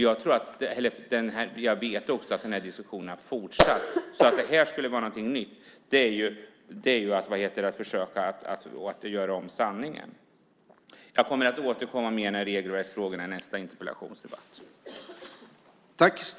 Jag vet också att den diskussionen har fortsatt, så att det här skulle vara något nytt är att försöka göra om sanningen. Jag kommer att återkomma om regler och s-frågorna i nästa interpellationsdebatt.